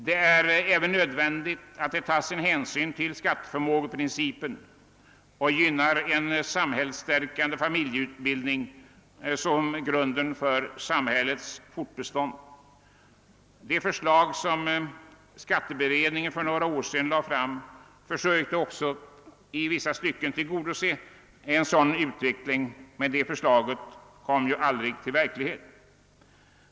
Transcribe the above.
Det är nödvändigt att hänsyn tages till skatteförmågeprincipen och att en samhällsstärkande familjebildning såsom grunden för samhällets fortbestånd gynnas. Det förslag som lades fram av skatteberedningen för några år sedan tillgodosåg i långa stycken en sådan utveckling, men det blev aldrig genomfört.